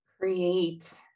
Create